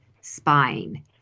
spying